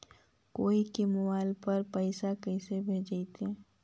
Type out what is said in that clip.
कोई के मोबाईल पर पैसा कैसे भेजइतै?